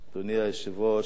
אדוני היושב-ראש,